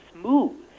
smooth